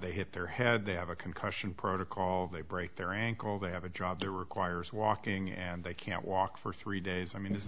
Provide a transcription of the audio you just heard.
they hit their head they have a concussion protocol they break their ankle they have a job that requires walking and they can't walk for three days i mean it's